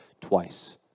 twice